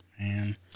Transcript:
Man